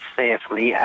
safely